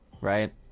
right